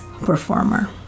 performer